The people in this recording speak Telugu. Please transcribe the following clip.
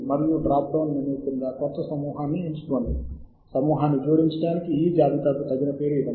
బిబ్టెక్స్ ఫార్మాట్ అనులేఖనాలు మరియు సారాంశాలను ఎంచుకోండి మరియు అప్ లోడ్ బటన్ పై నొక్కండి